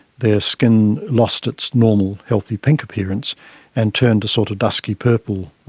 their skin lost its normal healthy pink appearance and turned a sort of dusky purple,